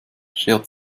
schert